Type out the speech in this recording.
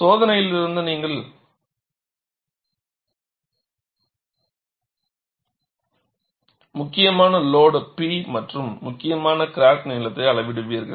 சோதனையிலிருந்து நீங்கள் முக்கியமான லோடு P மற்றும் முக்கியமான கிராக் நீளத்தை அளவிடுவீர்கள்